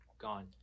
gone